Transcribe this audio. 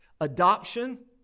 adoption